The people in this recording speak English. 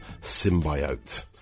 symbiote